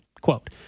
Quote